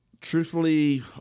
truthfully